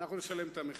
אנחנו נשלם את המחיר.